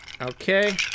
Okay